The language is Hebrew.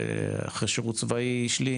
אחרי שירות צבאי וכדומה,